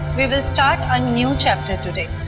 we'll but start a new chapter today.